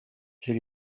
chez